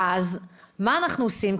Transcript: ואז מה אנחנו עושים?